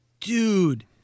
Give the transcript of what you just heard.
Dude